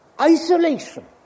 isolation